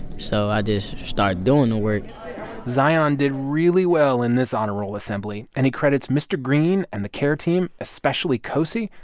so i just started doing the work zion did really well in this honor roll assembly, and he credits mr. greene and the care team, especially cosey,